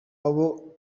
abo